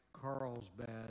Carlsbad